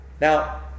Now